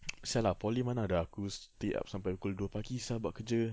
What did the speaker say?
sia lah poly mana ada aku stay up sampai pukul dua pagi sia buat kerja